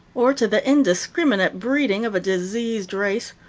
or to the indiscriminate breeding of a diseased race,